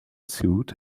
suit